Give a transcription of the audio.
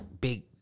big